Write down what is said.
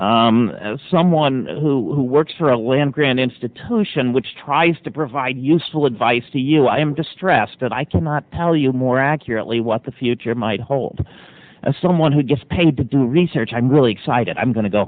millennia someone who works for a land grant institution which tries to provide useful advice to you i am distressed that i cannot tell you more accurately what the future might hold of someone who gets paid to do research i'm really excited i'm going to go